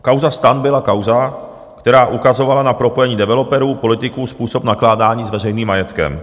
Kauza STAN byla kauza, která ukazovala na propojení developerů, politiků, způsob nakládání s veřejným majetkem.